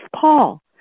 Paul